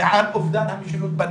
ועל אובדן המשילות בנגב,